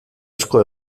asko